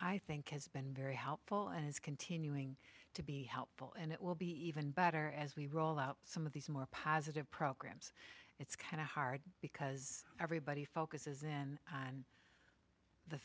i think has been very helpful and is continuing to be helpful and it will be even better as we roll out some of these more positive programs it's kind of hard because everybody focuses in on the